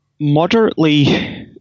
moderately